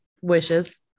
wishes